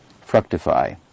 fructify